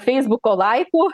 feisbuko laikų